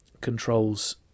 controls